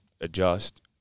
adjust